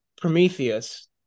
Prometheus